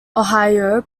ohio